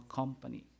company